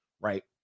right